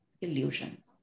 illusion